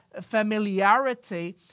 familiarity